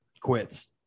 quits